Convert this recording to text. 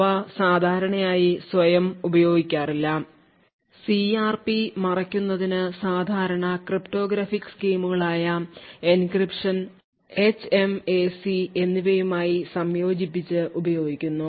അവ സാധാരണയായി സ്വയം ഉപയോഗിക്കാറില്ല സിആർപി മറയ്ക്കുന്നതിന് സാധാരണ ക്രിപ്റ്റോഗ്രാഫിക് സ്കീമുകളായ എൻക്രിപ്ഷൻ അല്ലെങ്കിൽ എച്ച്എംഎസി എന്നിവയുമായി സംയോജിപ്പിച്ച് ഉപയോഗിക്കുന്നു